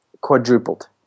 quadrupled